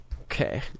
Okay